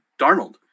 Darnold